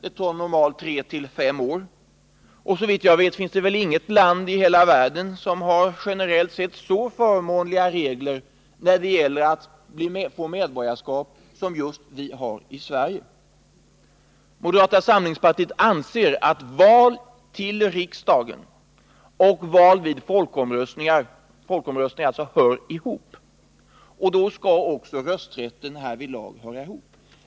Det tar normalt 3-5 år, och såvitt jag vet finns det inget land i hela världen som har generellt sett så förmånliga regler när det gäller att få medborgarskap som just Sverige. Moderata samlingspartiet anser att val till riksdagen och deltagande i folkomröstningar hör ihop. Då skall också rösträtten härvidlag höra ihop.